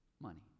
money